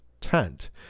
tent